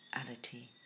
reality